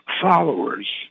followers